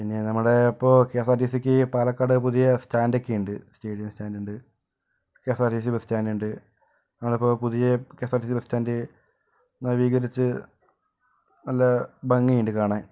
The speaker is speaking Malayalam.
പിന്നെ നമ്മുടെ ഇപ്പോൾ കെഎസ്ആർടിസിക്ക് പാലക്കാട് പുതിയ സ്റ്റാൻഡ് ഒക്കെ ഉണ്ട് സ്റ്റേഡിയം സ്റ്റാൻഡ് ഉണ്ട് കെഎസ്ആർടിസി ബസ്റ്റാൻഡ് ഉണ്ട് നമ്മളിപ്പോ പുതിയ കെഎസ്ആർടിസി ബസ്റ്റാൻഡ് നവീകരിച്ച് നല്ല ഭംഗിയുണ്ട് കാണാൻ